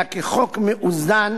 אלא בחוק מאוזן